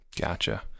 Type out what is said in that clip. Gotcha